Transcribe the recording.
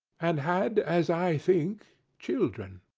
and had, as i think, children.